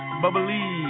bubbly